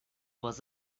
was